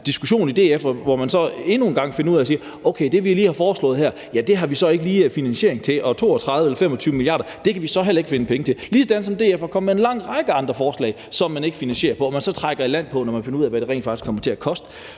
diskussion i DF, hvor man så endnu en gang finder ud af det og siger: Okay, det, vi lige har foreslået her, har vi så ikke lige finansiering til, og 32 eller 25 mia. kr. kan vi så heller ikke finde. På samme måde er DF kommet med en lang række andre forslag, som man ikke har finansiering til, og som man så trækker i land på, når man finder ud af, hvad det rent faktisk kommer til at koste.